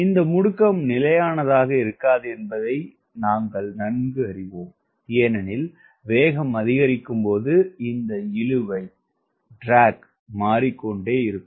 இந்த முடுக்கம் நிலையானதாக இருக்காது என்பதை நாங்கள் நன்கு அறிவோம் ஏனெனில் வேகம் அதிகரிக்கும் போது இந்த இழுவை மாறிக்கொண்டே இருக்கும்